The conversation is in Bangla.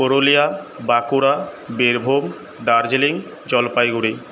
পুরুলিয়া বাঁকুড়া বীরভূম দার্জিলিং জলপাইগুড়ি